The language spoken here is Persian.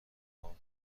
بابام